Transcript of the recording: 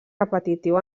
repetitiu